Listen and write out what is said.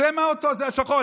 צא מהאוטו הזה, השחור.